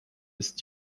ist